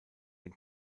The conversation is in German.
den